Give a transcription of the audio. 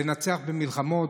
לנצח במלחמות,